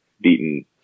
beaten